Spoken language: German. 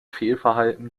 fehlverhalten